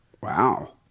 Wow